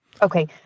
Okay